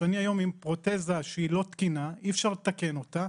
הוא שאני היום עם פרוטזה שהיא לא תקינה ואי-אפשר לתקן אותה.